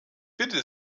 bitte